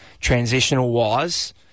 transitional-wise